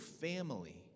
family